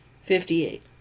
Fifty-eight